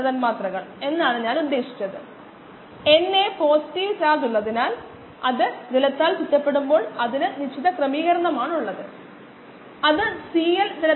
4559 ആണ് y എന്നത് 1 by v ഉം x 1 s ഉം ആണ്